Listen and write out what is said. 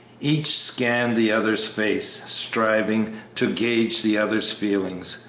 each scanned the other's face, striving to gauge the other's feelings,